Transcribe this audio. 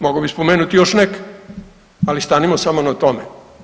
Mogao bih spomenuti još neke, ali stanimo samo na tome.